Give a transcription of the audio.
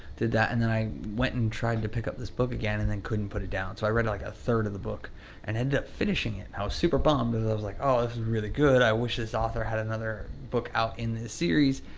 did that and then i went and tried to pick up this book again and then couldn't put it down. so, i read like a third of the book and ended up finishing it. i was super bummed because i was like, oh, this was really good. i wish this author had another book out in this series,